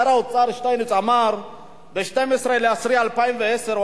שר האוצר שטייניץ אמר ב-12 באוקטובר 2010: